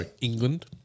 England